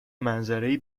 منظره